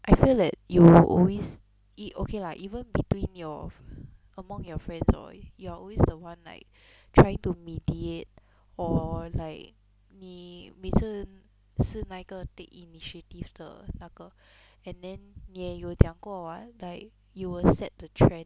I feel that you always e~ okay lah even between your among your friends or you are always the one like try to mediate or like 你每次是那一个 take initiative 的那个 and then 你也有讲过 [what] like you will set the trend